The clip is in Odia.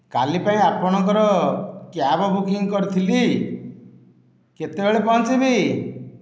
କାଲି ପାଇଁ ଆପଣଙ୍କର କ୍ୟାବ୍ ବୁକିଂ କରିଥିଲି କେତେବେଳେ ପହଞ୍ଚିବି